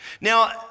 Now